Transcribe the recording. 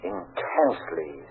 Intensely